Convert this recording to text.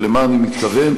למה אני מתכוון?